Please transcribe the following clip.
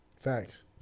facts